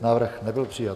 Návrh nebyl přijat.